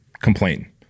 complain